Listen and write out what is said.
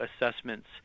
assessments